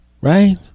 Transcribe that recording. Right